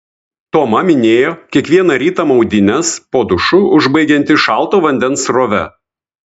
toma minėjo kiekvieną rytą maudynes po dušu užbaigianti šalto vandens srove